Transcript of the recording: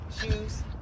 Shoes